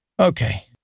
Okay